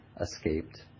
escaped